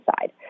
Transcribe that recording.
side